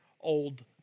old